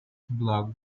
blog